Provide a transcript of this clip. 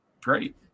great